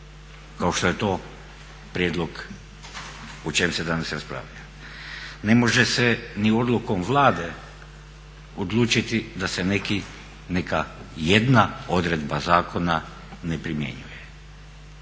kao što je to prijedlog o čem se danas raspravlja. Ne može se ni odlukom Vlade odlučiti da se neka jedna odredba zakona ne primjenjuje.